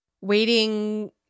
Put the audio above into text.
Waiting